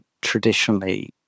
traditionally